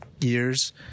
years